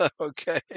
okay